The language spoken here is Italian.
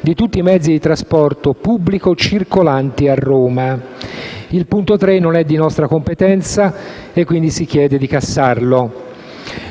in tutti i mezzi di trasporto pubblico circolanti a Roma». Il terzo punto del dispositivo non è di nostra competenza e, quindi, si chiede di cassarlo.